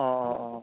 ᱳ ᱳ